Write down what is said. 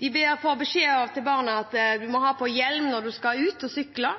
De gir barna beskjed om å bruke hjelm når de skal ut og sykle,